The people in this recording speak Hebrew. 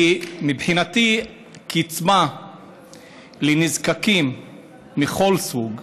כי מבחינתי, קצבה לנזקקים מכל סוג,